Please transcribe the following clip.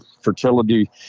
fertility